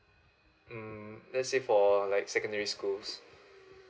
mm let's say for like secondary schools